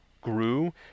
grew